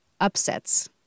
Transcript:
upsets